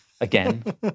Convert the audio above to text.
again